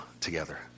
together